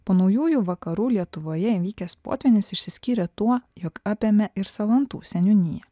po naujųjų vakarų lietuvoje įvykęs potvynis išsiskyrė tuo jog apėmė ir salantų seniūnija